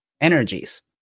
energies